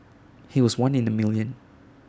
he was one in A million